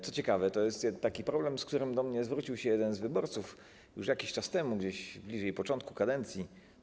Co ciekawe, to jest taki problem, z którym do mnie zwrócił się jeden z wyborców już jakiś czas temu, bliżej początku kadencji.